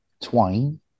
twine